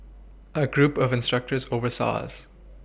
a group of instructors oversaw us